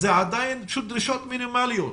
אלה עדיין דרישות מינימליות